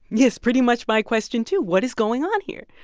yes, pretty much my question, too what is going on here?